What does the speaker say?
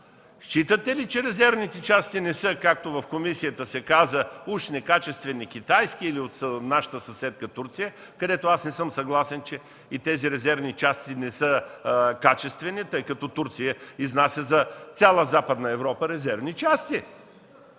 считате ли, че резервните части не са, както в комисията се каза – уж некачествени китайски или от нашата съседка Турция, където, не съм съгласен, че тези резервни части не са качествени, тъй като Турция изнася за цяла Западна Европа резервни части?